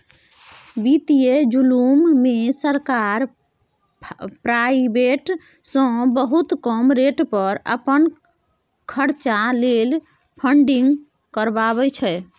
बित्तीय जुलुम मे सरकार प्राइबेट सँ बहुत कम रेट पर अपन खरचा लेल फंडिंग करबाबै छै